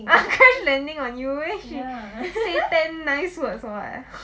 ah crash landing on you then she say ten nice words what